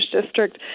District